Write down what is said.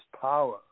power